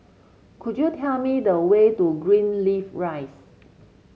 could you tell me the way to Greenleaf Rise